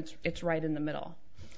it's it's right in the middle